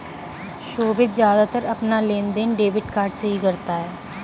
सोभित ज्यादातर अपना लेनदेन डेबिट कार्ड से ही करता है